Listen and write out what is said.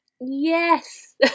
Yes